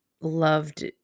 loved